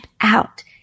out